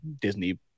Disney